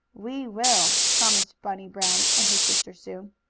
we will, promised bunny brown and his sister sue.